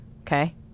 okay